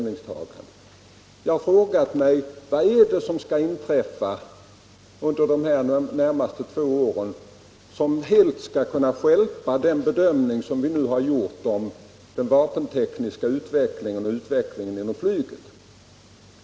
Jag har frågat mig vad det är som skall inträffa under de närmaste två åren som helt skulle kunna stjälpa den bedömning som vi gjort om den vapentekniska utvecklingen och utvecklingen inom flyget.